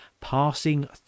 passing